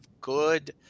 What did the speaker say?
good